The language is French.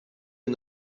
est